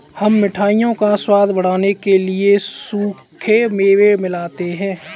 हम मिठाइयों का स्वाद बढ़ाने के लिए सूखे मेवे मिलाते हैं